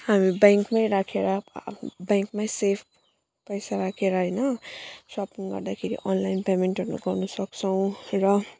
हामी ब्याङ्कमै राखेर ब्याङ्कमै सेफ पैसा राखेर हैन सपिङ गर्दाखेरि अनलाइन पेमेन्टहरू गर्न सक्छौँ र